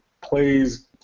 Plays